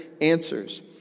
answers